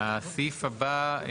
הסעיף הבא,